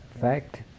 fact